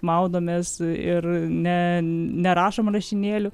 maudomės ir ne nerašom rašinėlių